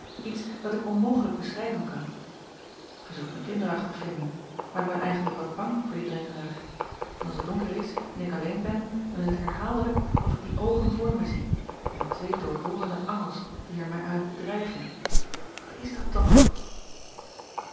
iets dat ik onmogelijk beschrijven kan ij zult mij kinderachtig vinden maar ik ben eigentlijk wat bang voor dien renkelaer en als het donker is en ik alleen ben dan is het herhaaldelijk of ik die oogen voor mij zie en twee doorborende angels die er mij uit bedreigen at is dat toch